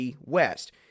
West